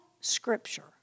Scripture